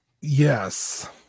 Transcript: Yes